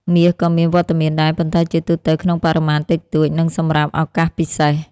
មាសក៏មានវត្តមានដែរ ប៉ុន្តែជាទូទៅក្នុងបរិមាណតិចតួច និងសម្រាប់ឱកាសពិសេស។